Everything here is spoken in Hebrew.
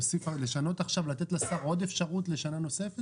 לשנות עכשיו, לתת לשר עוד אפשרות לשנה נוספת?